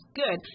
good